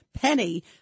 Penny